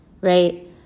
right